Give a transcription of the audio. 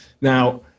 Now